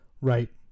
right